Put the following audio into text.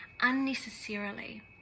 unnecessarily